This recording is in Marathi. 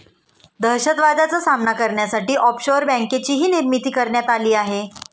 दहशतवादाचा सामना करण्यासाठी ऑफशोअर बँकेचीही निर्मिती करण्यात आली आहे